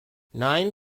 nine